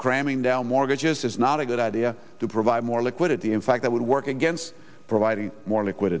cramming down mortgages is not a good idea to provide more liquidity in fact that would work against providing more liquid